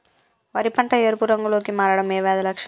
వరి పంట ఎరుపు రంగు లో కి మారడం ఏ వ్యాధి లక్షణం?